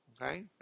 Okay